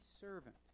servant